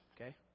okay